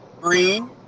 Green